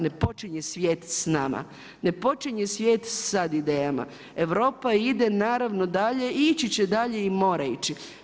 Ne počinje svijet s nama, ne počinje svijet sa idejama, Europa ide naravno dalje i ići će dalje i mora ići.